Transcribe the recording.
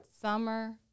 summer